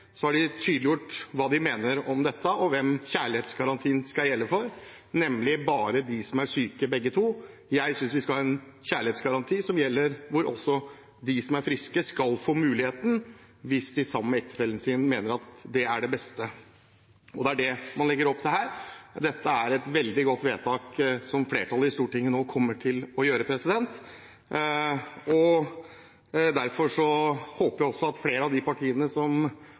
nemlig bare dem som begge er syke. Jeg synes vi skal ha en kjærlighetsgaranti som gjør at også de som er friske, skal få muligheten hvis de sammen med ektefellen sin mener at det er det beste. Det er det man legger opp til her. Det er et veldig godt vedtak som flertallet i Stortinget nå kommer til å gjøre. Derfor håper jeg at flere av partiene som har signalisert at de kanskje kan støtte forslaget, kommer til å gjøre det, sånn at vi virkelig sikrer den samboergarantien som